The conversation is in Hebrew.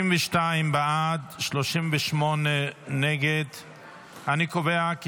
אני מזמין את